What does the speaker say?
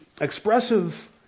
expressive